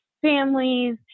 families